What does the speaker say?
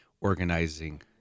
organizing